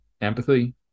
empathy